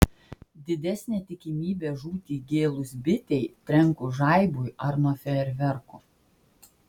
didesnė tikimybė žūti įgėlus bitei trenkus žaibui ar nuo fejerverkų